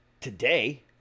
today